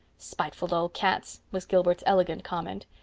spiteful old cats! was gilbert's elegant comment.